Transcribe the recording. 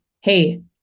hey